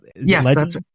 Yes